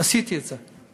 עשיתי את זה.